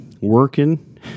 working